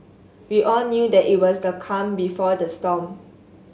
we all knew that it was the calm before the storm